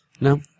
No